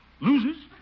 loses